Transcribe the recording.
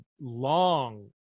long